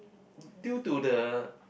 due to the